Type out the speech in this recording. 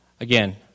Again